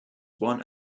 one